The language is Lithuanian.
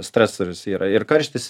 stresorius yra ir karštis